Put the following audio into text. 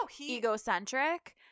egocentric